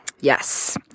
Yes